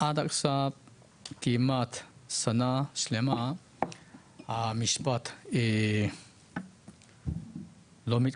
עד עכשיו כמעט שנה שלמה המשפט לא מתקדם.